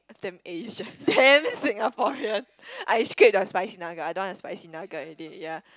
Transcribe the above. damn Asian damn Singaporean I scrap the spicy nugget I don't want the spicy nugget already ya